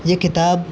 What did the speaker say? یہ کتاب